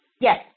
Yes